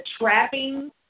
trapping